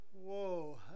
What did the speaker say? Whoa